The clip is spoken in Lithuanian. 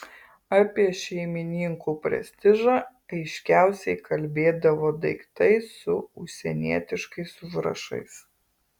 apie šeimininkų prestižą aiškiausiai kalbėdavo daiktai su užsienietiškais užrašais